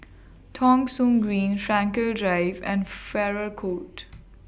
Thong Soon Green Frankel Drive and Farrer Court